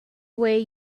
way